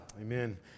Amen